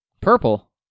Purple